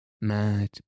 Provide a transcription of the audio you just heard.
mad